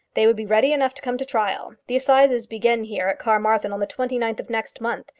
they would be ready enough to come to trial. the assizes begin here at carmarthen on the twenty ninth of next month.